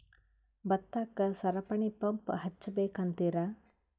ಭತ್ತಕ್ಕ ಸರಪಣಿ ಪಂಪ್ ಹಚ್ಚಬೇಕ್ ಅಂತಿರಾ?